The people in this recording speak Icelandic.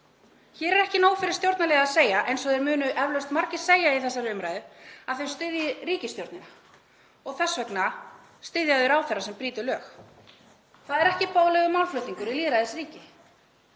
Hér er ekki nóg fyrir stjórnarliða að segja, eins og þau munu eflaust mörg segja í þessari umræðu, að þau styðji ríkisstjórnina og þess vegna styðji þau ráðherra sem brýtur lög. Það er ekki boðlegur málflutningur í lýðræðisríki.